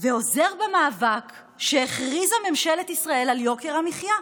ועוזר במאבק שהכריזה ממשלת ישראל על יוקר המחיה,